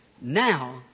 now